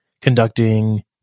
conducting